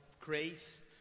grace